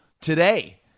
today